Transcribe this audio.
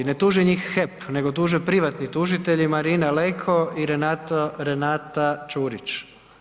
Ne tuži njih HEP nego tuže privatni tužitelji Marina Leko i Renata Ćurić.